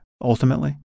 ultimately